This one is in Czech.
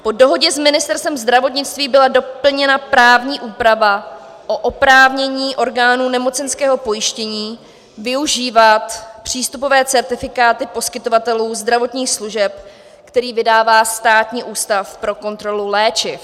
Po dohodě s Ministerstvem zdravotnictví byla doplněna právní úprava oprávnění orgánů nemocenského pojištění využívat přístupové certifikáty poskytovatelům zdravotních služeb, které vydává Státní ústav pro kontrolu léčiv.